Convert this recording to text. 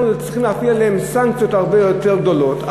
אנחנו צריכים להפעיל עליהם סנקציות הרבה יותר גדולות,